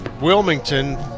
Wilmington